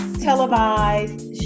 televised